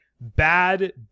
bad